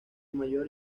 mayor